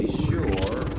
sure